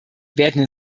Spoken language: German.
werden